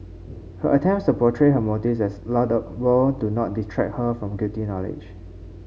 her attempts to portray her motives as laudable do not detract her from guilty knowledge